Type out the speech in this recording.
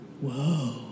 Whoa